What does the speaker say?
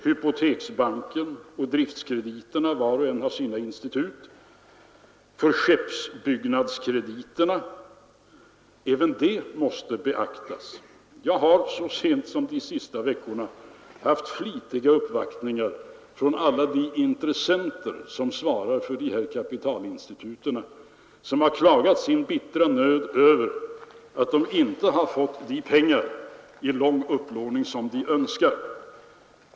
Hypoteksbanken — var och en har sina institut — och skeppsbyggnadskrediterna, Jag har så sent som under de senaste veckorna haft flitiga uppvaktningar från alla de intressenter som svarar för dessa kapitalinstitut. De har klagat sin bittra nöd över att de inte fått de pengar i lång upplåning som de önskar.